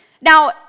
Now